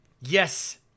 yes